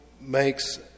makes